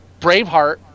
Braveheart